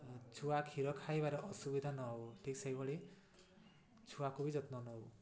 ଛୁଆ କ୍ଷୀର ଖାଇବାରେ ଅସୁବିଧା ନ ହେଉ ଠିକ୍ ସେହିଭଳି ଛୁଆକୁ ବି ଯତ୍ନ ନେଉ